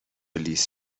لیس